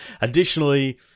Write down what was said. Additionally